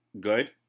good